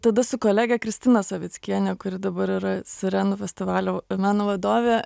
tada su kolege kristina savickiene kuri dabar yra sirenų festivalio meno vadovė